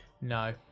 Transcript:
No